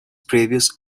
previous